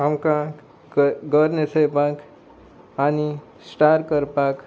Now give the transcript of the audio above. आमकां घर घर न्हेसयपाक आनी स्टार करपाक